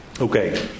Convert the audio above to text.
Okay